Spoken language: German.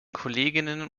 kolleginnen